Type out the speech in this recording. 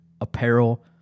apparel